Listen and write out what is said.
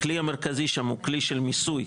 הכלי המרכזי שם הוא כלי של מיסוי,